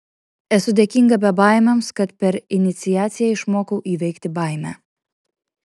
esu dėkinga bebaimiams kad per iniciaciją išmokau įveikti baimę